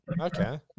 Okay